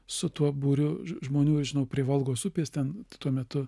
su tuo būriu žmonių ir žinau prie volgos upės ten tuo metu